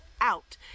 out